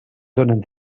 donen